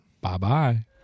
Bye-bye